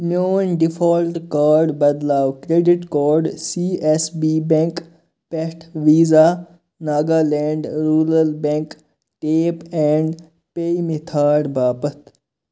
میون default card بدلاو credit card C S B bank پٮ۪ٹھ Visa Nagaland rural bank tap and pay method باپتھ